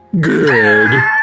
Good